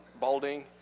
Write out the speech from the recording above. balding